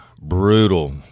brutal